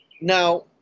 Now